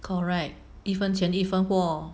correct 一分钱一分货